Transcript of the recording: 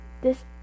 this-